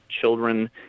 children